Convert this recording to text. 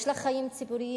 יש לך חיים ציבוריים,